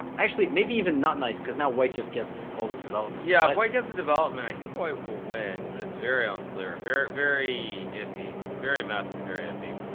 actually maybe even not nice because now white just gets all this development yeah if white gets a development i think white will win but it's very unclear very very iffy very messy very iffy